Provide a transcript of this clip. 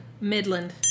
Midland